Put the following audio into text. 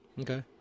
Okay